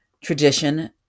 tradition